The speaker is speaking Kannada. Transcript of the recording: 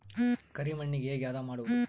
ಕರಿ ಮಣ್ಣಗೆ ಹೇಗೆ ಹದಾ ಮಾಡುದು?